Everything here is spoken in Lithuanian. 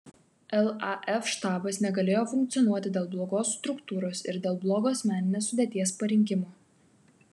laf štabas negalėjo funkcionuoti dėl blogos struktūros ir dėl blogo asmeninės sudėties parinkimo